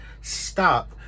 stop